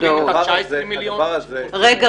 הדבר הזה --- רגע,